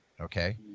Okay